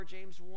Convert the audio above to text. James